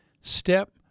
step